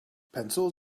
pencils